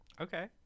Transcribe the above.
Okay